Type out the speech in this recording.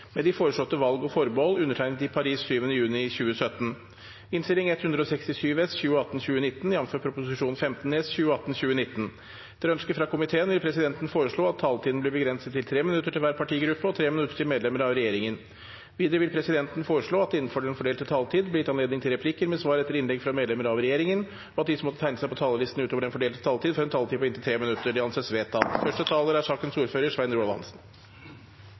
minutter til hver partigruppe og 3 minutter til medlemmer av regjeringen. Videre vil presidenten foreslå at det – innenfor den fordelte taletid – blir gitt anledning til replikker med svar etter innlegg fra medlemmer av regjeringen, og at de som måtte tegne seg på talerlisten utover den fordelte taletid, får en taletid på inntil 3 minutter. – Det anses vedtatt. Denne saken kan framstå som svært teknisk, men den er